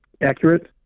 accurate